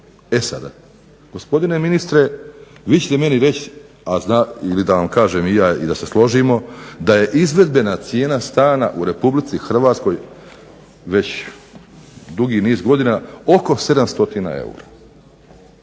E sada, gospodine ministre vi ćete meni reći, ili da vam kažem ja i da se složimo, da je izvedbena cijena stana u RH već dugi niz godina oko 700 eura.